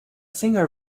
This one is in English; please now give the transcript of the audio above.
singer